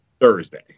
Thursday